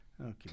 Okay